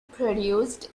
produced